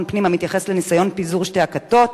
פנים המתייחס לניסיון פיזור שתי הכתות,